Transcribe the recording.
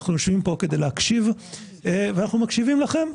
אנחנו יושבים פה כדי להקשיב ואנחנו מקשיבים לכם.